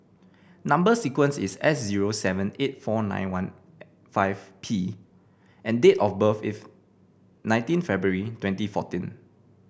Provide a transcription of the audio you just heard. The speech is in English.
number sequence is S zero seven eight four nine one five P and date of birth is nineteen February twenty fourteen